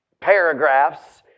paragraphs